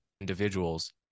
individuals